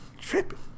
Tripping